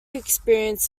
experienced